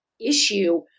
issue